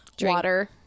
water